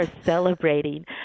celebrating